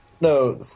no